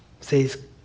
Says